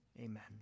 Amen